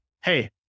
hey